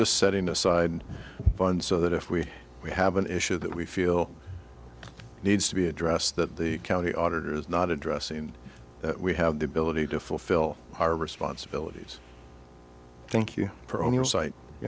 just setting aside funds so that if we we have an issue that we feel needs to be addressed that the county auditor is not addressing that we have the ability to fulfill our responsibilities thank you